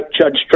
Judge